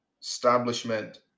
establishment